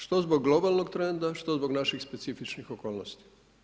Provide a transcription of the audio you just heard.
Što zbog globalnog trenda, što zbog naših specifičnih okolnosti.